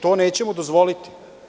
To nećemo dozvoliti.